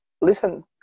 listen